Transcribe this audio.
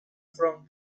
from